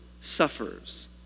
suffers